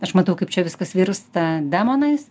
aš matau kaip čia viskas virsta demonais